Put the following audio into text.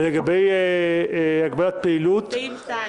ולגבי הגבלת פעילות, סעיף 2?